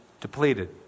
depleted